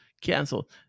canceled